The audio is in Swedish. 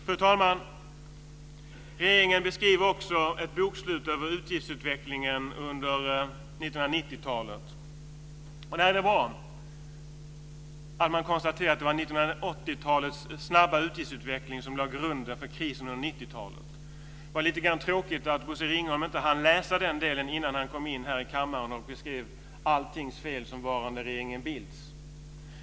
Fru talman! Regeringen beskriver också ett bokslut över utgiftsutvecklingen under 1990-talet. Det är bra att man där konstaterar att det var 1980-talets snabba utgiftsutveckling som lade grunden för krisen under 90-talet. Det var lite grann tråkigt att Bosse Ringholm inte hann läsa den delen innan han kom in här i kammaren och beskrev skulden för alla fel som varande regeringen Bildts.